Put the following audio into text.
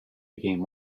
became